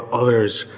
others